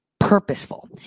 purposeful